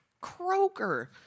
croaker